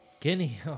Guinea